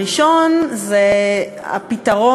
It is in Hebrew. הראשון זה פתרון.